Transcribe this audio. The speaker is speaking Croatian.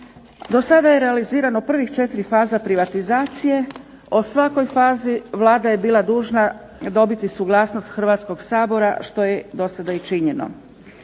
Do sada je realizirano prvih četiri faza privatizacije, o svakoj fazi Vlada je bila dužna dobiti suglasnost Hrvatskoga sabora što je do sada i činjeno.